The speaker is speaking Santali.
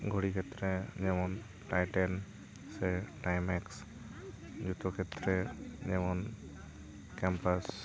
ᱜᱷᱩᱲᱤ ᱠᱷᱮᱛᱨᱮ ᱡᱮᱢᱚᱱ ᱴᱟᱭᱴᱮᱱ ᱥᱮ ᱴᱟᱭᱤᱢᱮᱠᱥ ᱡᱚᱛᱚ ᱠᱷᱮᱛᱨᱮ ᱡᱮᱢᱚᱱ ᱠᱮᱢᱯᱟᱥ